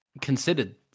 considered